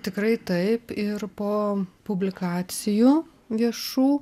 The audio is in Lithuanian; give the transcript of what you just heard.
tikrai taip ir po publikacijų viešų